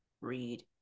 read